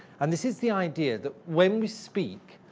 and this is the idea that when we speak,